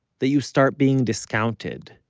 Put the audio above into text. that you start being discounted,